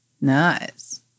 Nice